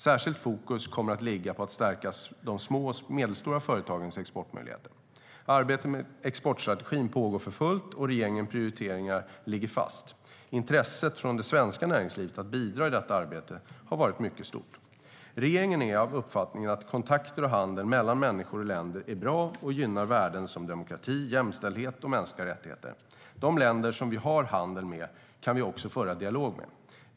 Särskilt fokus kommer att ligga på att stärka de små och medelstora företagens exportmöjligheter. Arbetet med exportstrategin pågår för fullt och regeringens prioriteringar ligger fast. Intresset från det svenska näringslivet att bidra i detta arbete har varit mycket stort. Regeringen är av uppfattningen att kontakter och handel mellan människor och länder är bra och gynnar värden som demokrati, jämställdhet och mänskliga rättigheter. De länder som vi har handel med kan vi också föra dialog med.